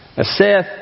Seth